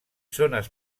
zones